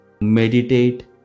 Meditate